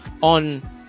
on